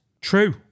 true